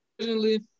originally